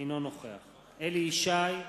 אינו נוכח אליהו ישי,